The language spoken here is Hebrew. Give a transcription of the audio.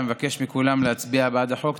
ומבקש מכולם להצביע בעד החוק.